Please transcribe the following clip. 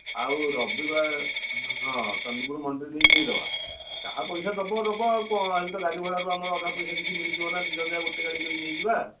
ଆଉ ରବିବାର ହଁ ଚାନ୍ଦପୁର ମଣ୍ଡିରେ ନେଇକୁ ଦେଇଦେବା ଯାହା ପଇସା ଦେବ ଦେବ ଆଉ କ'ଣ ଏଇତ ଗାଡ଼ି ଭଡ଼ାରୁ ଅଧା ପଇସା କିଛି ମିଳିଯିବ ନା ଦୁଇ ଜଣଯାକ ଗୋଟେ ଗାଡ଼ି କରିକି ନେଇଯିବା